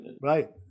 right